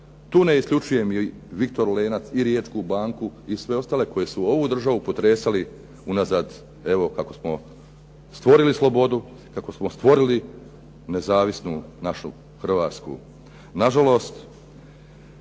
Tu ne isključujem i "Viktor Lenac" i "Riječku banku" i sve ostale koji su ovu državu potresali unazad, evo kako smo stvorili slobodu, kako smo stvorili nezavisnu našu Hrvatsku.